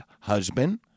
husband